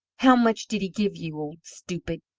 how much did he give you, old stupid?